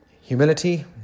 Humility